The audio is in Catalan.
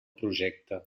projecte